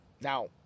Now